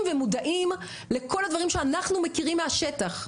ומודעים לכל הדברים שאנחנו מכירים מהשטח,